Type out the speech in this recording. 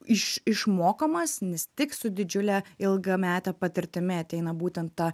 iš išmokomas nes tik su didžiule ilgamete patirtimi ateina būtent ta